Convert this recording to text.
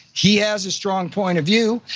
he has a strong point of view,